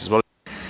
Izvolite.